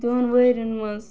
دۄن ؤرۍ ین منٛز